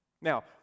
Now